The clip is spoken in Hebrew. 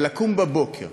אבל לקום בבוקר